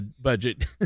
budget